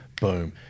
Boom